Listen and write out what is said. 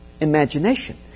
imagination